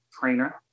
trainer